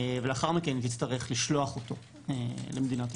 לאחר מכן היא תצטרך לשלוח אותו למדינת המוצא או לעזוב.